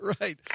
Right